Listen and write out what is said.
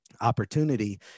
Opportunity